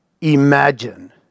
imagine